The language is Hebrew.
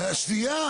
שנייה